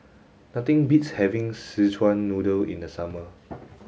nothing beats having Szechuan noodle in the summer